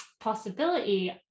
possibility